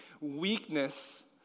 Weakness